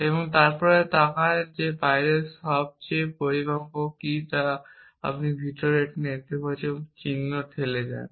এবং তারপর তাকান বাইরের সবচেয়ে পরিমাপক কি তা যদি আপনি ভিতরে একটি নেতিবাচক চিহ্ন ঠেলে দেন